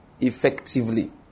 effectively